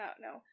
no